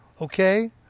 okay